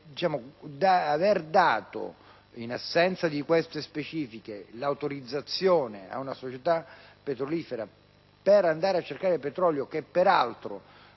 locali, l'aver dato, in assenza di queste specifiche, l'autorizzazione ad una società petrolifera per andare a cercare petrolio, che peraltro